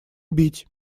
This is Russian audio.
бить